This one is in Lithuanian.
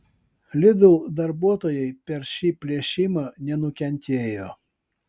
lidl darbuotojai per šį plėšimą nenukentėjo